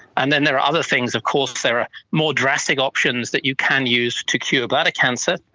and then there are other things, of course there are more drastic options that you can use to cure bladder cancer,